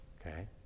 okay